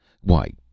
Why